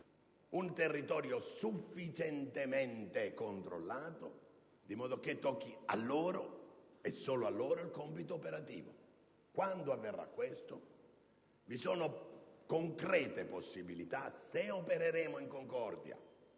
un territorio sufficientemente controllato, di modo che tocchi a loro, e solo a loro, il compito operativo. Quando avverrà questo? Vi sono concrete possibilità - se opereremo in concordia,